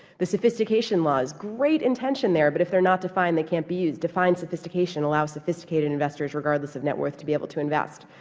the sophistication laws, great intention there, but if they're not defined, they can't be used. define sophistication allows the sophisticated investors regardless of net worth to be able to invest.